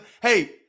hey